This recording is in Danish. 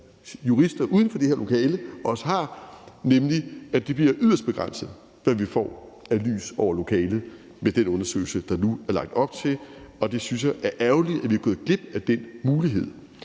jurister uden for det her lokale også har, nemlig at det bliver yderst begrænset, hvad vi får af lys over sagen med den undersøgelse, der nu er lagt op til. Jeg synes, det er ærgerligt, at vi er gået glip af den mulighed,